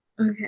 Okay